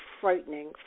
frightening